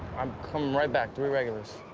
i'm coming right back, three regulars.